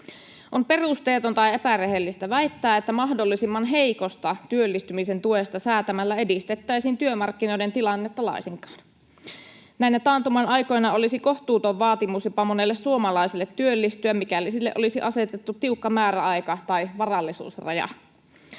On perusteetonta tai epärehellistä väittää, että mahdollisimman heikosta työllistymisen tuesta säätämällä edistettäisiin työmarkkinoiden tilannetta laisinkaan. Näinä taantuman aikoina olisi kohtuuton vaatimus jopa monelle suomalaiselle työllistyä, mikäli sille olisi asetettu tiukka määräaika tai varallisuusraja.